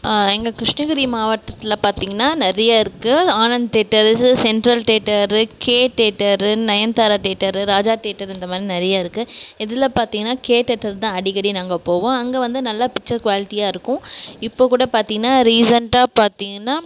எங்கள் கிருஷ்ணகிரி மாவட்டத்தில் பார்த்திங்கனா நிறையா இருக்கு Anand theatre central theatre K theatre Nayanthara theatre Raja theatre இந்த மாதிரி நிறையா இருக்கு இதில் பாத்திங்கனா கே டேட்டர் தான் அடிக்கடி நாங்கள் போவோம் அங்கே வந்து நல்லா பிச்சர் குவாலிட்டியா இருக்கும் இப்போக்கூட பார்த்திங்கனா ரீசண்டாக பார்த்திங்கனா